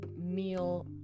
meal